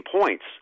points